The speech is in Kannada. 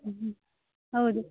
ಹ್ಞು ಹ್ಞೂ ಹೌದು